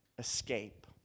Escape